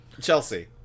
Chelsea